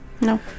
No